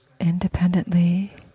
Independently